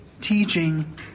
teaching